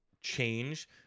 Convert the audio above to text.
change